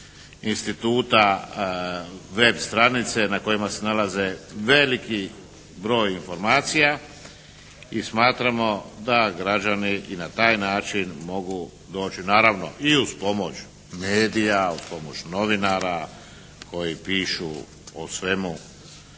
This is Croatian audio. instituta web stranice na kolima se nalaze veliki broj informacija i smatramo da građani i na taj način mogu doći naravno i uz pomoć medija, uz pomoć novinara koji pišu o svemu